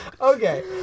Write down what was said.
Okay